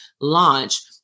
launch